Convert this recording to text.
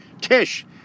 Tish